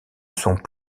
sont